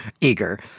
eager